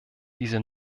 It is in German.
diese